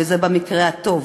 וזה במקרה הטוב.